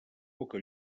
poca